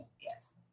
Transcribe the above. yes